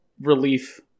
relief